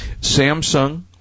Samsung